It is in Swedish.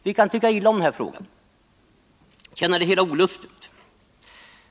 Vi kan tycka illa om den här frågan, känna det hela olustigt.